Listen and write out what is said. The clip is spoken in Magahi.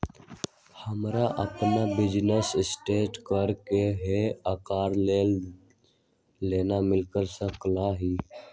हमरा अपन बिजनेस स्टार्ट करे के है ओकरा लेल लोन मिल सकलक ह?